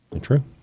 True